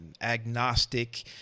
agnostic